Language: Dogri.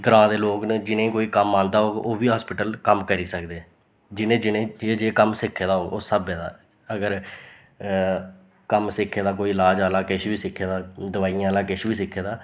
ग्रांऽ दे लोक न जिनेंगी कोई कम्म आंदा होग ओह् बी हास्पिटल कम्म करी सकदे जिनें जिनें जे जे कम्म सिक्खे दा होग उस स्हाबै दा अगर कम्म सिक्खे दा कोई इलाज आह्ला किश बी सिक्खे दा दवाइयां आह्ला किश बी सिक्खे दा